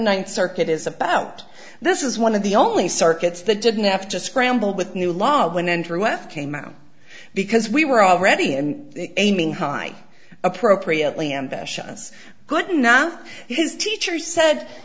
ninth circuit is about this is one of the only circuits they didn't have to scramble with new law when andrew left came out because we were already in aiming high appropriately ambitious good not his teacher said